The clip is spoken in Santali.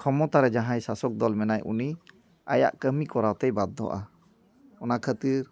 ᱠᱷᱚᱢᱚᱛᱟᱨᱮ ᱡᱟᱦᱟᱸᱭ ᱥᱟᱥᱚᱠ ᱫᱚᱞ ᱢᱮᱱᱟᱭ ᱩᱱᱤ ᱟᱭᱟᱜ ᱠᱟᱹᱢᱤ ᱠᱚᱨᱟᱣᱛᱮᱭ ᱵᱟᱫᱽᱫᱷᱚᱜᱼᱟ ᱚᱱᱟ ᱠᱷᱟᱹᱛᱤᱨ